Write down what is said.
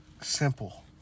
Simple